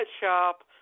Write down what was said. shop